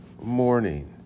morning